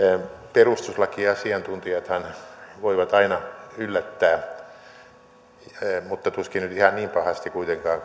perustuslakiasiantuntijathan voivat aina yllättää mutta tuskin nyt ihan niin pahasti kuitenkaan